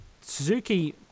Suzuki